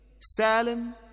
Salim